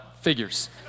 figures